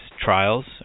trials